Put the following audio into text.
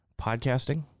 podcasting